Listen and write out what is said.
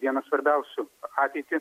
vienas svarbiausių ateitį